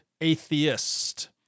atheist